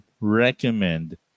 recommend